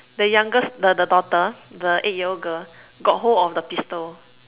the youngest the the daughter the eight year old girl got hold of the pistol